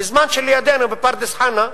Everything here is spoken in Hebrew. בזמן שלידנו, בפרדס-חנה,